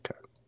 Okay